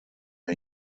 may